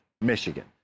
Michigan